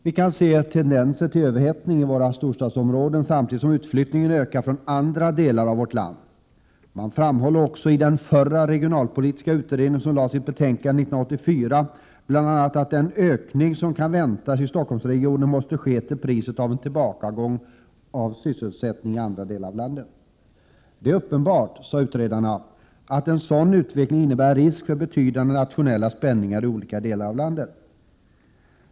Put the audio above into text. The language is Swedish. Vi kan se tendenser till överhettning i våra storstadsområden samtidigt som utflyttningen ökar från andra delar av vårt land. Man framhåller också i den förra regionalpolitiska utredningen, som lade fram sitt betänkande år 1984, bl.a. att den ökning som kan väntas i Stockholmsregionen måste ske till priset av en tillbakagång av sysselsättningen i andra delar av landet. Det är uppenbart, sade utredarna, att en sådan utveckling innebär risk för betydande nationella spänningar i olika delar av landet.